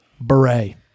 Beret